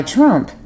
Trump